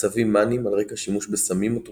מצבים מאניים על רקע שימוש בסמים/תרופות